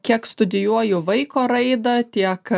kiek studijuoju vaiko raidą tiek